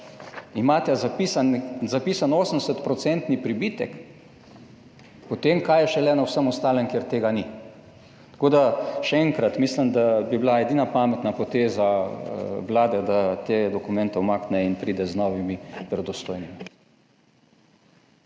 šlo, zapisan 80-procentni pribitek, kaj je potem šele na vsem ostalem, kjer tega ni? Tako da še enkrat, mislim, da bi bila edina pametna poteza Vlade, da te dokumente umakne in pride z novimi, verodostojnimi.